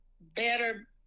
better